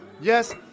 Yes